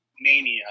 Mania